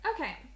Okay